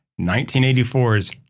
1984's